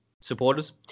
supporters